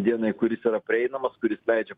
dienai kuris yra prieinamas kuris leidžia